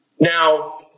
Now